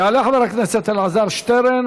יעלה חבר הכנסת אלעזר שטרן,